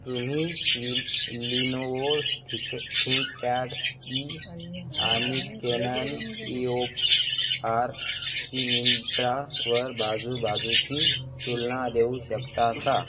तुम्ही विल लिनोओ स् थिक थिंकपॅड ई आणि Canon E O S R ची मिंत्रावर बाजूबाजूची तुलना देऊ शकता का